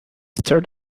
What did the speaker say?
third